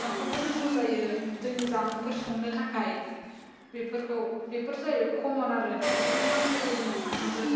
सामफ्रामबो नांगौ जायो जोंनि जामुंफोर संनो थाखाय बेफोरखौ बेफोर जाहैबाय खमनआरो बेफोरखौ नांथारगोै जोंनो सानफ्रोमबो